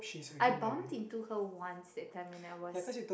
I bumped into her once that time when I was